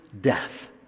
death